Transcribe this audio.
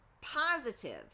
positive